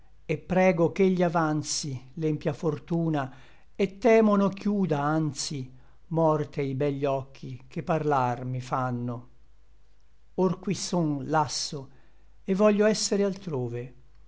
et prego ch'egli avanzi l'empia fortuna et temo no chiuda anzi morte i begli occhi che parlar mi fanno or qui son lasso et voglio esser altrove